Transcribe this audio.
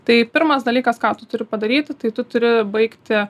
tai pirmas dalykas ką tu turi padaryti tai tu turi baigti